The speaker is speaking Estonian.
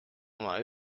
oma